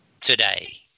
today